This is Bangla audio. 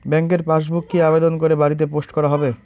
ব্যাংকের পাসবুক কি আবেদন করে বাড়িতে পোস্ট করা হবে?